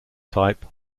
type